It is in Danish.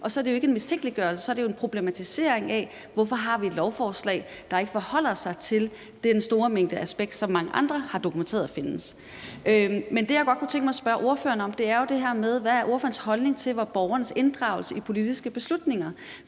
og så er det jo ikke en mistænkeliggørelse; så er det en problematisering af, at vi har et lovforslag, der ikke forholder sig til den store mængde asbest, som mange andre har dokumenteret findes. Men det, jeg godt kunne tænke mig at spørge ordføreren om, er, hvad ordførerens holdning er til borgernes inddragelse i politiske beslutninger.